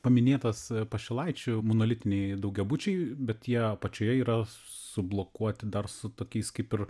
paminėtas pašilaičių monolitiniai daugiabučiai bet jie apačioje yra sublokuoti dar su tokiais kaip ir